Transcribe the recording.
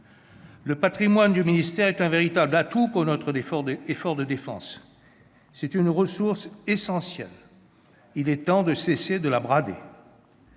le patrimoine est un véritable atout pour notre effort de défense. C'est une ressource essentielle. Il est temps de cesser de la brader.